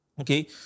Okay